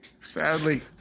sadly